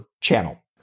channel